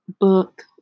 book